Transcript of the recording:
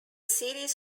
series